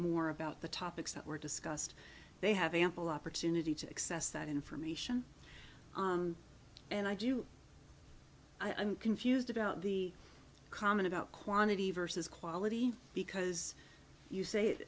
more about the topics that were discussed they have ample opportunity to access that information and i do i'm confused about the comment about quantity versus quality because you say it